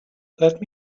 let